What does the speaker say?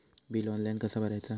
Bill online कसा भरायचा?